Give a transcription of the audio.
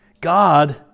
God